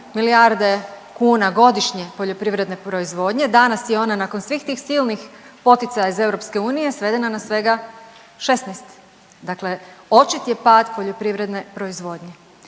milijarde kuna godišnje poljoprivredne proizvodnje, danas je ona nakon svih tih silnih poticaja iz EU svedena na svega 16. Dakle, očit je pad poljoprivredne proizvodnje.